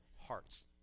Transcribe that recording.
hearts